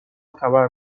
خبر